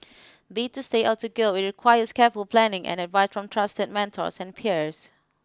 be it to stay or to go it requires careful planning and advice from trusted mentors and peers